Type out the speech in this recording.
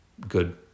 good